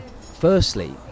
Firstly